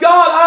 God